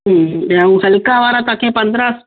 ऐं हू हल्का वारा तव्हांखे पंद्रह